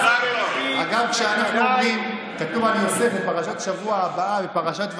אגב, בפרשת השבוע הבאה, בפרשת ויגש,